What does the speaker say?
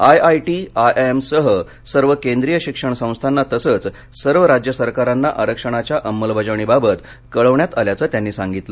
I I T I I M सह सर्व केंद्रीय शिक्षण संस्थांना तसंच सर्व राज्य सरकारला आरक्षणाच्या अंमलबजावणीबाबत कळवण्यात आल्याचं त्यांनी सांगितलं